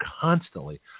constantly